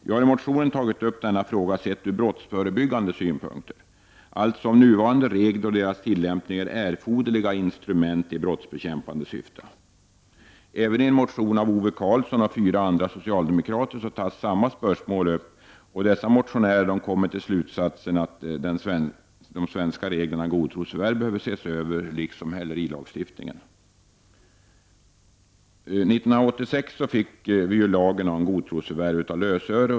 Vi har i motionen tagit upp denna fråga sett från brottsförebyggande synpunkt, dvs. om nuvarande regler och deras tillämpningar är erforderliga instrument i brottsbekämpande syfte. Även i en motion av Ove Karlsson och fyra andra socialdemokrater tas detta spörsmål upp och dessa motionärer kommer till slutsatsen att de svenska reglerna om godtrosförvärv liksom hälerilagstiftningen behöver ses över. År 1986 infördes lagen om godtrosförvärv av lösöre.